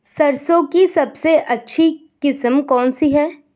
सरसों की सबसे अच्छी किस्म कौन सी है?